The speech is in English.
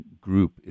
group